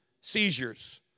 seizures